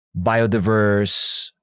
biodiverse